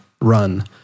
run